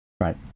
right